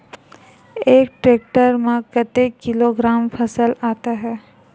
एक टेक्टर में कतेक किलोग्राम फसल आता है?